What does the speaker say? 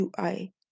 UI